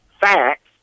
facts